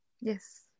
Yes